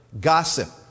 gossip